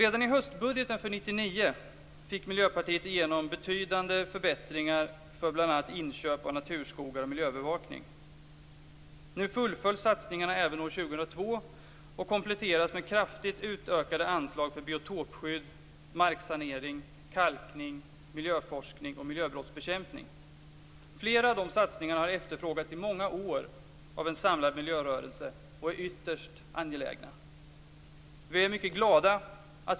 Redan i höstbudgeten för 1999 fick Miljöpartiet igenom betydande förbättringar för bl.a. inköp av naturskogar och miljöövervakning. Flera av dessa satsningar har efterfrågats i många år av en samlad miljörörelse och är ytterst angelägna.